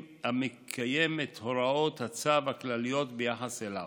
המקיים את הוראות הצו הכלליות ביחס אליו.